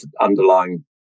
underlying